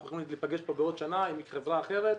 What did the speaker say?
אנחנו יכולים להיפגש פה עוד שנה עם חברה אחרת.